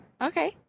Okay